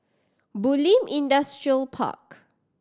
Bulim Industrial Park